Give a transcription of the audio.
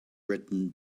written